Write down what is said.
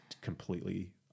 completely